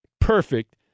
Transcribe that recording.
perfect